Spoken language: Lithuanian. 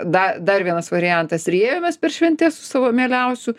da dar vienas variantas riejomės per šventes su savo mieliausiu